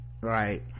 right